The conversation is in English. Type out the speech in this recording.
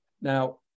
Now